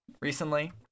recently